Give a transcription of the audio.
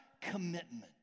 commitment